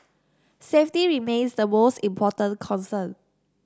safety remains the most important concern